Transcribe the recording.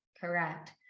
correct